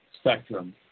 spectrum